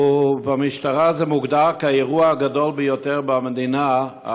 ובמשטרה זה מוגדר כאירוע הגדול ביותר במדינה,